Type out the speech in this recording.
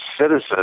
citizens